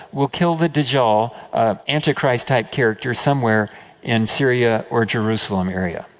will kill the dajjal, an antichrist type character, somewhere in syria, or jerusalem area.